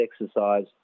exercise